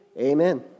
Amen